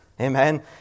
Amen